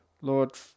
Lord